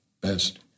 best